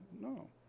No